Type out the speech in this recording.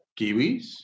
Kiwis